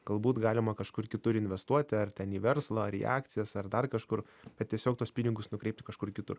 galbūt galima kažkur kitur investuoti ar ten į verslą ar į akcijas ar dar kažkur kad tiesiog tuos pinigus nukreipti kažkur kitur